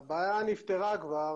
הבעיה נפתרה כבר.